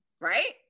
Right